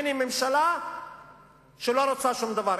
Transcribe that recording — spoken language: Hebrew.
הנה ממשלה שלא רוצה שום דבר.